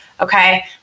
Okay